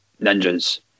ninjas